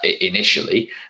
initially